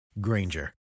Granger